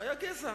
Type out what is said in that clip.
רק גזע.